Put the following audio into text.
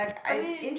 I mean